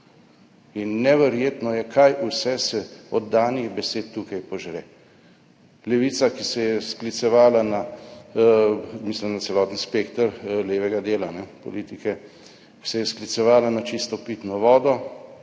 In neverjetno je, kaj vse se od danih besed tukaj požre. Levica, tukaj mislim na celoten spekter levega dela politike, ki se je sklicevala na čisto pitno vodo,